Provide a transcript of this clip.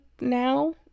now